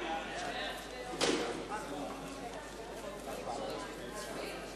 (תיקוני חקיקה ליישום התוכנית הכלכלית לשנים 2009 ו-2010),